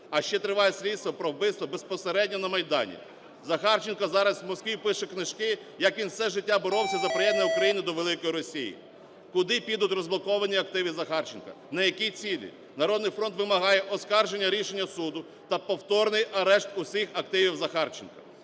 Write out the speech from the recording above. А ще триває слідство про вбивство безпосередньо на Майдані. Захарченкозараз у Москві пише книжки, як він все життя боровся за приєднання України до великої Росії. Куди підуть розблоковані активиЗахарченка, на які цілі? "Народний фронт" вимагає оскарження рішення суду та повторний арешт всіх активів Захарченка.